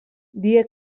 dia